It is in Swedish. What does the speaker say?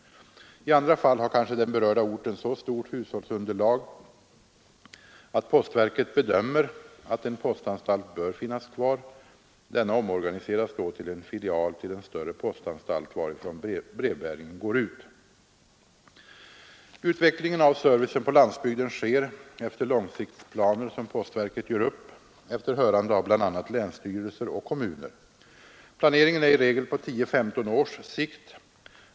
I andra fall har kanske den berörda orten så stort hushållsunderlag att postverket bedömer att en postanstalt bör finnas kvar. Denna omorganiseras då till en filial till den större postanstalt, varifrån brevbäringen går ut. Utvecklingen av servicen på landsbygden sker efter långsiktsplaner som postverket gör upp efter hörande av bl.a. länsstyrelser och kommuner. Planeringen är i regel på 10—15 års sikt.